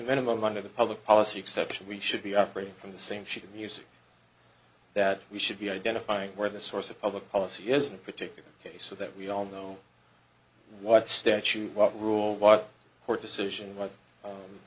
minimum under the public policy exception we should be operating on the same sheet of music that we should be identifying where the source of public policy is a particular case so that we all know what statute what rule what court decision